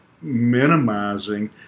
minimizing